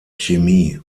chemie